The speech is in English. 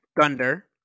Thunder